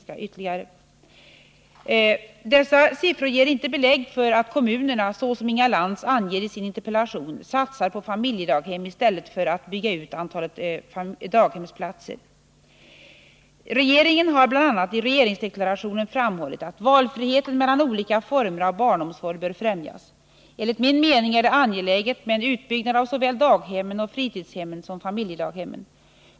Dessa siffror ger inte belägg för att kommunerna, så som Inga Lantz anger i sin interpellation, satsar på familjedaghem i stället för att bygga ut antalet daghemsplatser. Regeringen har bl.a. i regeringsdeklarationen framhållit att valfriheten mellan olika former av barnomsorg bör främjas. Enligt min mening är det angeläget med en utbyggnad av såväl daghemmen och fritidshemmen som familjedaghemmen.